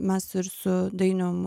mes ir su dainium